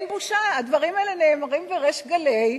הדברים האלה נאמרים בריש גלי,